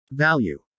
Value